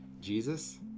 Jesus